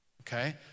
okay